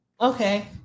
Okay